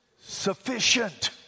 sufficient